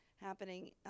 happening